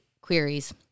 queries